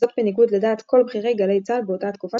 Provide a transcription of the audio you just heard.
זאת בניגוד לדעת כל בכירי גלי צה"ל באותה התקופה,